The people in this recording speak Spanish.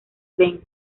ven